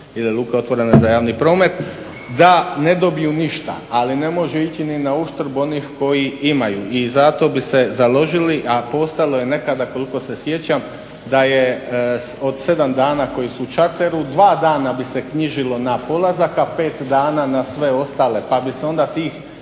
je luka otvorena za javni promet da ne dobiju ništa, ali ne može ići ni na uštrbu onih koji imaju i zato bi se založili, a postojalo je nekada koliko se sjećam da je od 7 dana koji su u čarteru, 2 dana bi se knjižilo na polazak, a 5 dana na sve ostalo pa bi se onda tih